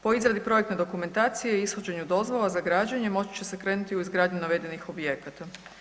Po izradi projektne dokumentacije i ishođenju dozvola za građenje moći će se krenuti u izgradnju navedenih objekata.